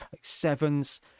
Sevens